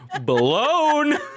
blown